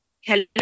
Hello